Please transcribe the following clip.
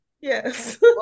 yes